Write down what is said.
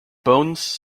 bones